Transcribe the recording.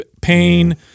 pain